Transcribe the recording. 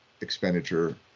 expenditure